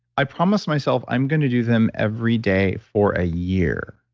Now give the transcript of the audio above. i promised myself i'm going to do them every day for a year.